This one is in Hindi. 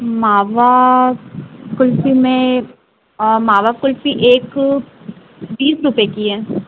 मावा कुल्फ़ी में मावा कुल्फ़ी एक बीस रुपये की है